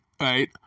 right